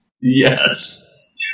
Yes